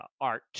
Art